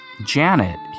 Janet